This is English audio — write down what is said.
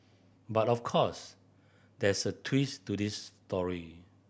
but of course there's a twist to this story